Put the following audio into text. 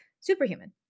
superhuman